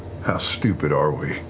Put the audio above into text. how stupid are we?